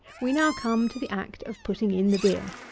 we now come to the act of putting in the beer.